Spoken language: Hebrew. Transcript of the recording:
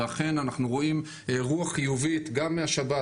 ואכן אנחנו רואים רוח חיובית גם מהשב"ס.